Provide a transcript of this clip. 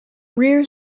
rear